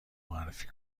معرفی